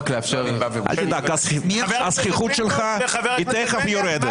אל תדאג, הזחיחות שלך תכף יורדת.